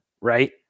Right